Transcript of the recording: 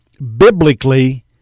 biblically